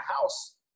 house